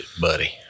buddy